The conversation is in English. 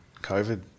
COVID